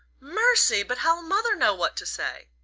mercy! but how'll mother know what to say?